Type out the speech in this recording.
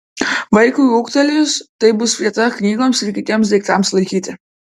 vaikui ūgtelėjus tai bus vieta knygoms ir kitiems daiktams laikyti